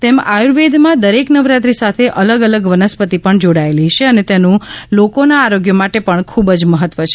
તેમ આયુર્વેદમાં દરેક નવરાત્રી સાથે અલગ અલગ વનસ્પતિ પણ જોડાયેલી છે અને તેનું લોકોના આરોગ્ય માટે પણ ખુબ જ મહત્વ છે